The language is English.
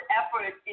effort